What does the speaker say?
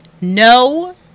No